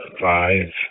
five